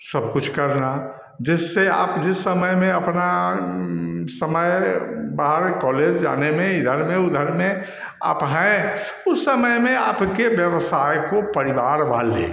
सब कुछ करना जिससे आप जिस समय में अपना समय बाहर कॉलेज जाने में इधर में उधर में आप है उस समय में आपके व्यवसाय को परिवार वाले